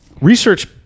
research